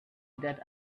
that